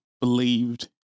believed